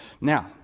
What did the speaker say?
Now